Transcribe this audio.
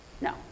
No